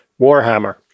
Warhammer